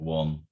one